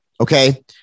Okay